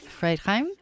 Freidheim